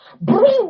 Bring